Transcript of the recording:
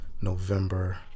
November